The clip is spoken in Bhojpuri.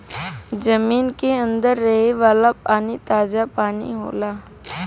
जमीन के अंदर रहे वाला पानी ताजा पानी होला